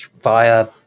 via